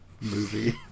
movie